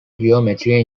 geometry